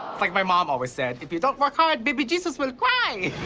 like my mom always said if you don't work hard, baby jesus will cry!